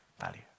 value